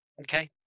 okay